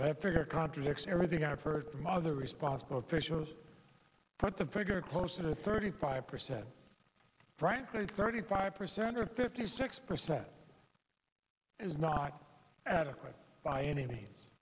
i figure contradicts everything i've heard from other responsible to shows that the figure close to thirty five percent frankly thirty five percent or fifty six percent is not adequate by any means